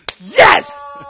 Yes